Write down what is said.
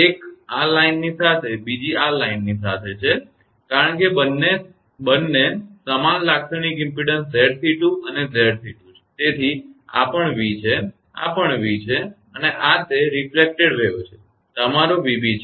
એક આ લાઇનની સાથે બીજી આ લાઇનની સાથે છે કારણ કે બંને બંને સમાન લાક્ષણિક ઇમપેડન્સ 𝑍𝑐2 અને 𝑍𝑐2 છે તેથી આ પણ v છે આ પણ v છે અને આ તે પ્રતિબિંબિત તરંગ છે જે તમારો 𝑣𝑏 છે